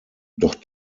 doch